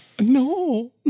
No